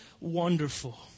wonderful